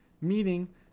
meaning